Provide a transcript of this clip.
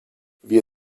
wir